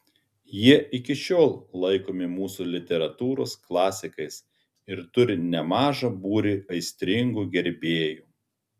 jie iki šiol laikomi mūsų literatūros klasikais ir turi nemažą būrį aistringų gerbėjų